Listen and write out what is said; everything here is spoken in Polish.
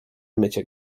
mycie